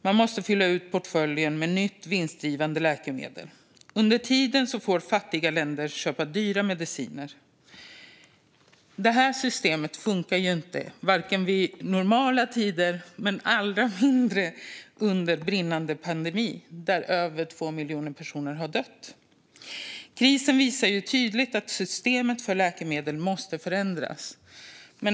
De måste fylla ut portföljen med ett nytt, vinstdrivande läkemedel. Under tiden får fattiga länder köpa dyra mediciner. Det här systemet funkar varken i normala tider eller - ännu mindre - under brinnande pandemi, då över 2 miljoner personer har dött. Krisen visar tydligt att systemet för läkemedel måste förändras.